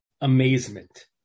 Amazement